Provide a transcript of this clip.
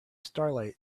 starlight